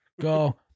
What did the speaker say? Go